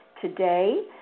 today